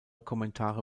kommentare